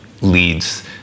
leads